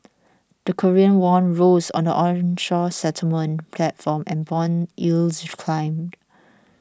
the Korean won rose on the onshore settlement platform and bond yields climbed